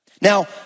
Now